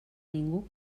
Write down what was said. ningú